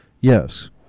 Yes